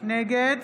נגד